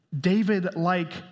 David-like